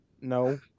No